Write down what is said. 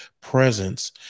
presence